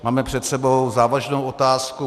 Máme před sebou závažnou otázku.